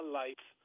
life